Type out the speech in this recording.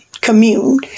commune